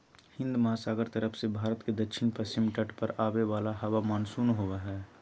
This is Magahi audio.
हिन्दमहासागर तरफ से भारत के दक्षिण पश्चिम तट पर आवे वाला हवा मानसून होबा हइ